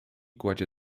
kładzie